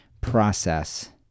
process